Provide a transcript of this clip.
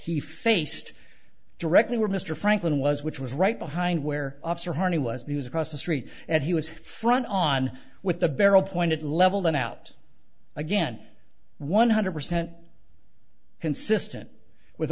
he faced directly where mr franklin was which was right behind where officer harney was the was across the street and he was front on with the barrel pointed level then out again one hundred percent consistent with